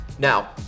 now